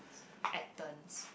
Athens